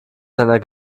seiner